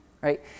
right